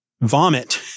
vomit